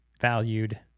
valued